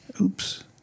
Oops